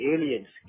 Aliens